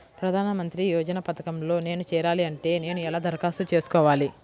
ప్రధాన మంత్రి యోజన పథకంలో నేను చేరాలి అంటే నేను ఎలా దరఖాస్తు చేసుకోవాలి?